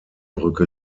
brücke